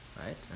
right